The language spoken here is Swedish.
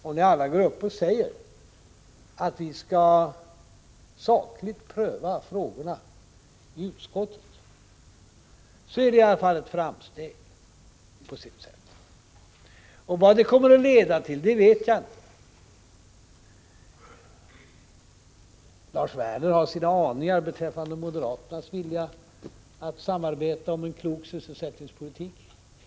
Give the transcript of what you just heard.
Om ni alla går upp och säger att vi sakligt skall pröva frågorna i utskott är det i alla fall ett framsteg, på sitt sätt. Men vad det kommer att leda till vet jag inte. Lars Werner har sina aningar beträffande moderaternas vilja att samarbeta om en klok sysselsättningspolitik.